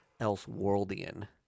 Elseworldian